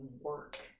work